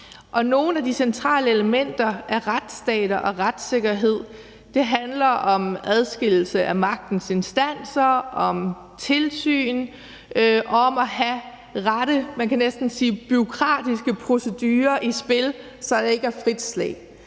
Nogle af de centrale elementer i retsstater og retssikkerhed handler om adskillelse af magtens instanser, om tilsyn og om at have de rette, man kan næsten sige bureaukratiske procedurer i spil, så der ikke er frit slag.